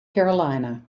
carolina